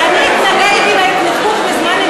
אני התנגדתי להתנתקות בזמן אמת.